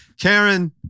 Karen